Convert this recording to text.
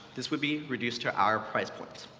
this would be reduced to our price points.